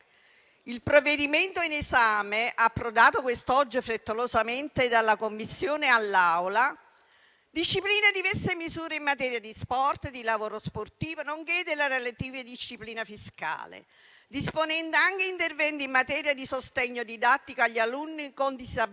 Il provvedimento in esame, approdato quest'oggi frettolosamente dalla Commissione all'Aula, disciplina diverse misure in materia di sport e di lavoro sportivo, nonché la relativa disciplina fiscale, disponendo anche interventi in materia di sostegno didattico agli alunni con disabilità,